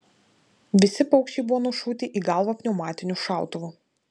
visi paukščiai buvo nušauti į galvą pneumatiniu šautuvu